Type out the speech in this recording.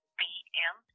bm